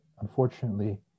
unfortunately